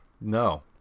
No